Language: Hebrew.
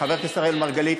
חבר הכנסת אראל מרגלית,